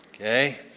Okay